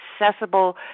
accessible